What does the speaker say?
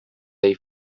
they